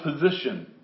Position